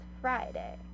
Friday